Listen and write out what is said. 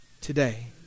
today